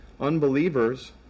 unbelievers